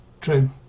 true